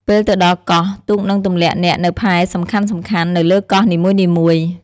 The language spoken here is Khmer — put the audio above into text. ពេលទៅដល់កោះ ទូកនឹងទម្លាក់អ្នកនៅផែសំខាន់ៗនៅលើកោះនីមួយៗ។